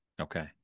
Okay